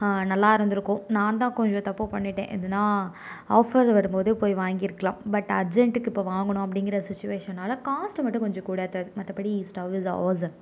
நல்லா இருந்திருக்கும் நான் தான் கொஞ்சம் தப்பு பண்ணிவிட்டேன் எதுனால் ஆஃபர் வரும்போது போய் வாங்கியிருக்கலாம் பட் அர்ஜென்ட்டுக்கு இப்போ வாங்கணும் அப்படிங்கிற சுச்வேஷனால் காஸ்ட்டு மட்டும் கொஞ்சம் கூடயா தான் மற்றபடி ஸ்டவ் இஸ் ஆஸம்